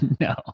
No